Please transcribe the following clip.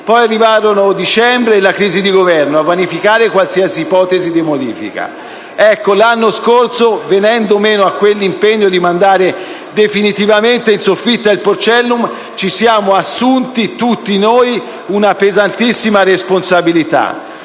Poi arrivarono dicembre e la crisi di Governo a vanificare qualsiasi ipotesi di modifica. L'anno scorso, venendo meno a quell'impegno di mandare definitivamente in soffitta il porcellum, ci siamo assunti tutti noi, una pesantissima responsabilità,